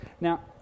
Now